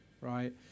right